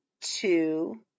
two